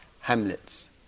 hamlets